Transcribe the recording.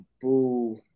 boo